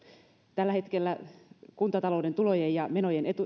tällä hetkellä kuntatalouden tulojen ja menojen